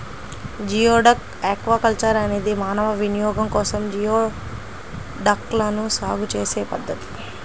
geoduck aquaculture అనేది మానవ వినియోగం కోసం జియోడక్లను సాగు చేసే పద్ధతి